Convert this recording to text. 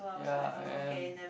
ya I am